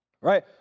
Right